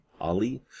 Ali